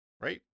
Right